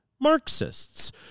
Marxists